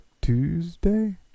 Tuesday